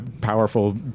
powerful